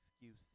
excuse